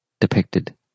depicted